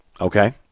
okay